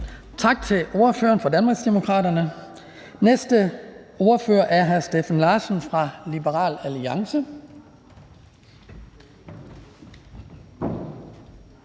Tak til ordføreren for Danmarksdemokraterne. Næste ordfører er hr. Steffen Larsen fra Liberal Alliance.